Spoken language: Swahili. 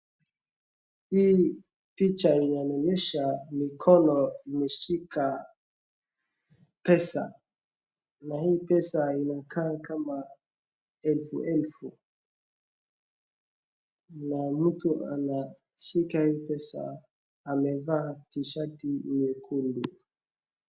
Hii picha inanionyesha mikono imeshika pesa na hii pesa inakaa kama elfu elfu na mtu anashika hii pesa amevaa t-shati nyekundu.